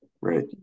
right